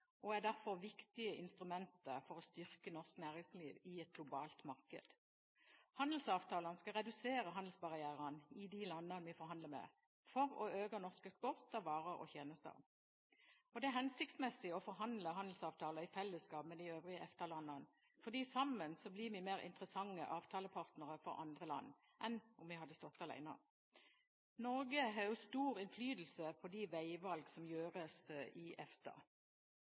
og er derfor viktige instrumenter for å styrke norsk næringsliv i et globalt marked. Handelsavtalene skal redusere handelsbarrierene i de landene vi forhandler med, for å øke norsk eksport av varer og tjenester. Det er hensiktsmessig å forhandle handelsavtaler i fellesskap med de øvrige EFTA-landene, for sammen blir vi mer interessante avtalepartnere for andre land enn om vi hadde stått alene. Norge har også stor innflytelse på de veivalg som gjøres i EFTA.